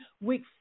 week